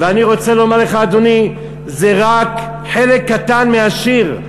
ואני רוצה לומר לך, אדוני, זה רק חלק קטן מהשיר.